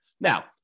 Now